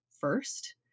first